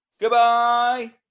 Goodbye